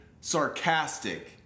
sarcastic